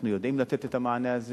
אנחנו יודעים לתת את המענה הזה,